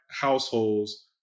households